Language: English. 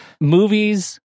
Movies